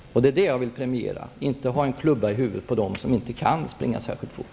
Det är detta jag vill premiera -- inte slå någon klubba i huvudet på den som inte kan springa särskilt fort.